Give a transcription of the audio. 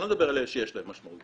אני לא מדבר על אלה שיש להם משמעות,